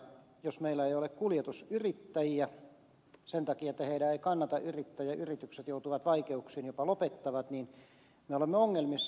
jos meillä ei ole kuljetusyrittäjiä sen takia että heidän ei kannata yrittää ja yritykset joutuvat vaikeuksiin jopa lopettavat me olemme ongelmissa